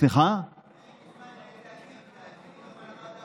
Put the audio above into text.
צריך גם בזמן אמת להגיד את זה.